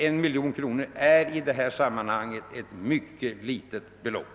1 miljon kronor är i detta sammanhang ett mycket litet belopp.